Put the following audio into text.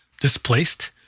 displaced